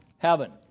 Heaven